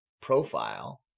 profile